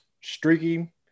streaky